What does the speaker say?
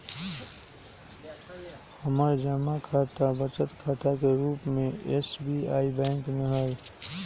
हमर जमा खता बचत खता के रूप में एस.बी.आई बैंक में हइ